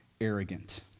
arrogant